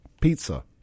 pizza